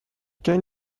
can